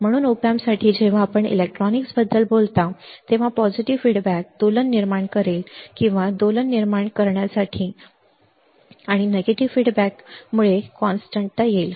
म्हणून op amp साठी जेव्हा आपण इलेक्ट्रॉनिक्सबद्दल बोलता तेव्हा सकारात्मक अभिप्राय दोलन निर्माण करेल किंवा दोलन निर्माण करेल आणि नकारात्मक अभिप्रायामुळे स्थिरता येईल